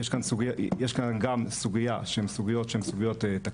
יש כאן גם סוגיה שהן סוגיות תקציביות,